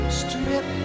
strip